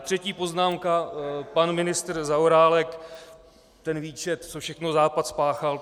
Třetí poznámka pan ministr Zaorálek, ten výčet, co všechno Západ spáchal.